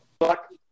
Luck